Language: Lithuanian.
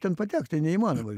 ten patekt ten neįmanoma